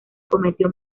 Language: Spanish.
cometió